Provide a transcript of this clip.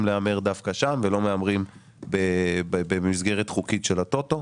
להמר דווקא שם ולא מהמרים במסגרת חוקית של ה-טוטו.